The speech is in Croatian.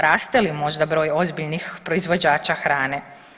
Raste li možda broj ozbiljnih proizvođača hrane?